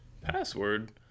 Password